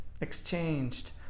exchanged